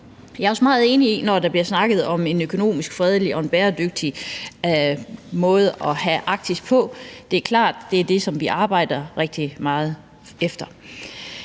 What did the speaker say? Jeg er også meget enig, når der bliver snakket om en økonomisk fredelig og bæredygtig måde at have Arktis på. Det er klart, at det er det, som vi arbejder rigtig meget efter.